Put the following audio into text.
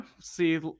see